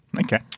Okay